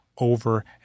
over